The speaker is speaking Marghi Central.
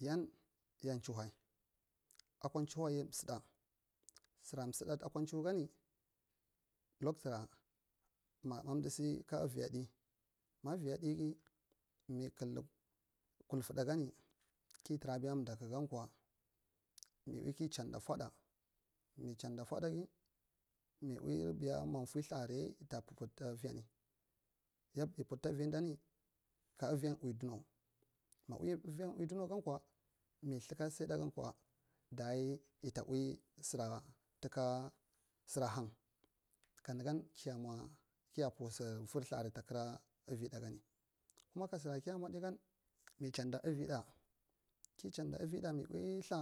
Yin ya chihoe akwa duhaen yan msamaa sura msdnda akwa chihoegani lactom ma mdusi ka uvaya ɗai ma uva ɗaige, mi. kaidi kufuɗagani kitura ubaya mbduku gankwa mi ui ki chadda fwa ɗa mi chadda fwaɗage mi ui biya fwai ltha avaya yida pudi ta uvayan mi pud ta vidani ka uviyan ui dunuwa mi ui uviyan ui dunuwagankwa mi thaka saiɗa gankwa dayi ita ui sara tuka sara hang ka nugan kimwa kip u fwi ltha aria takara uvi gani kuma ka sira kiya mwa ɗaigan mi chadda uviɗa ki chaoda uviɗa mi ui ltha